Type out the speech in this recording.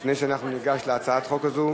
לפני שאנחנו ניגש להצעת החוק הזו.